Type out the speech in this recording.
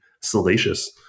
salacious